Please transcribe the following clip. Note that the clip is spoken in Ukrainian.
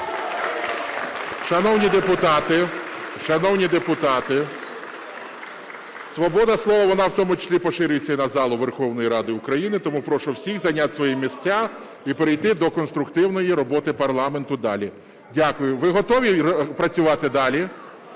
шановні депутати! Свобода слова, вона в тому числі поширюється і на залу Верховної Ради України, тому прошу всіх зайняти свої місця і перейти до конструктивної роботи парламенту далі. Дякую. Ви готові працювати далі?